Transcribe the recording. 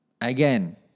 again